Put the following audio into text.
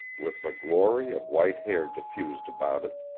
with the glory of white hair diffused about it.